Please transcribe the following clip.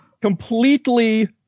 completely